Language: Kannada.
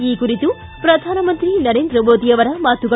ಈ ಕುರಿತು ಪ್ರಧಾನಮಂತ್ರಿ ನರೇಂದ್ರ ಮೋದಿ ಅವರ ಮಾತುಗಳು